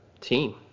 team